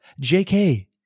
JK